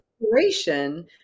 inspiration